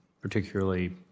particularly